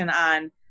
on